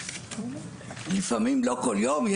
לפעמים כל יום.